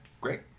great